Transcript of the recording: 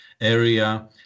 area